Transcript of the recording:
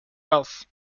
wealth